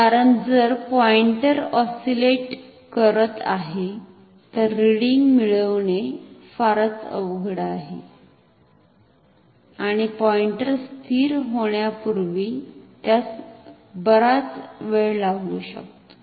कारण जर pointer oscillate करत आहे तर रिडींग मिळवणे फारच अवघड आहे आणि पॉईंटर स्थिर होण्यापूर्वी त्यास बराच वेळ लागु शकतो